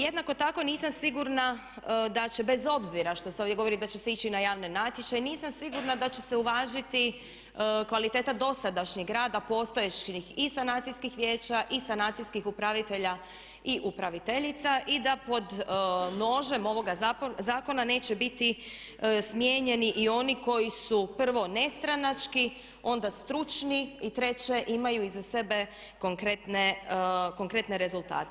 Jednako tako nisam sigurna da će bez obzira što se ovdje govori da će se ići na javne natječaje, nisam sigurna da će se uvažiti kvaliteta dosadašnjeg rada postojećih i sanacijskih vijeća i sanacijskih upravitelja i upraviteljica i da pod nožem ovoga zakona neće biti smijenjeni i oni koji su prvo nestranački, onda stručni i treće imaju iza sebe konkretne rezultate.